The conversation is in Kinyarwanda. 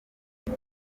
kuko